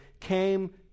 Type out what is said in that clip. came